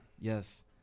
Yes